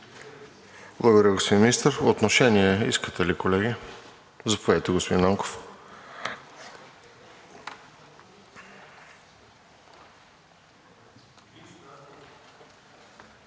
Благодаря, господин Министър. Отношение искате ли, колеги? Заповядайте, господин Нанков. НИКОЛАЙ